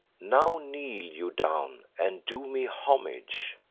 now kneel you down and do me homage